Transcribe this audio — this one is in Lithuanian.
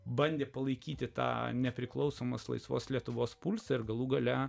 bandė palaikyti tą nepriklausomos laisvos lietuvos pulsą ir galų gale